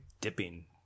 dipping